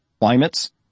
climates